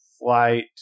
flight